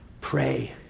Pray